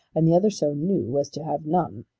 and the other so new as to have none.